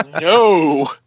No